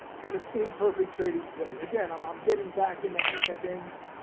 kind of imperfect trading today. again, i'm i'm getting back in the hang of things.